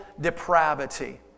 depravity